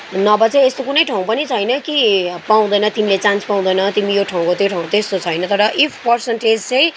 नभए यस्तो कुनै ठाउँ पनि छैन कि पाउँदैन तिमीले चान्स पाउँदैन तिमी यो ठाउँको त्यो ठाउँको त्यस्तो छैन तर इफ पर्सेन्टेज चाहिँ